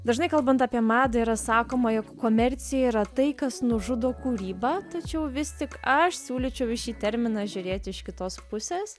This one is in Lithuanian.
dažnai kalbant apie madą yra sakoma jog komercija yra tai kas nužudo kūrybą tačiau vis tik aš siūlyčiau į šį terminą žiūrėti iš kitos pusės